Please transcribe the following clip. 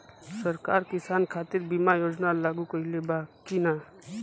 सरकार किसान खातिर बीमा योजना लागू कईले बा की ना?